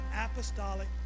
apostolic